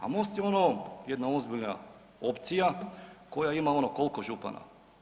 A Most je ono jedna ozbiljna opcija koja ima ono, koliko župana?